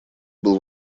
был